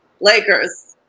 Lakers